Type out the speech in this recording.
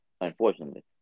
unfortunately